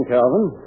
Calvin